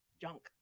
junk